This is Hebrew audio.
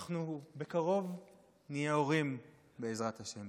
אנחנו בקרוב נהיה הורים, בעזרת השם.